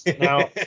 Now